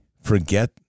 forget